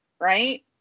right